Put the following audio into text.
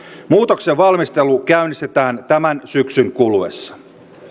muutoksien valmistelu käynnistetään tämän syksyn kuluessa